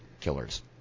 killers